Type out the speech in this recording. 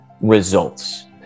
results